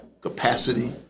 capacity